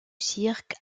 cirque